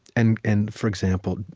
and and, for example,